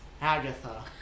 Agatha